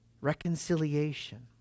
reconciliation